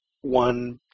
one